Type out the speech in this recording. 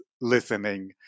listening